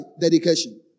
dedication